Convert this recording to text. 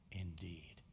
indeed